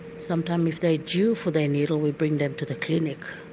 sometimes if they're due for their needles we bring them to the clinic.